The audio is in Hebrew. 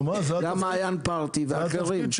גם מעיין פרתי ואחרים.